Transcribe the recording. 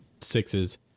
sixes